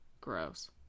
Gross